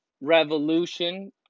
revolution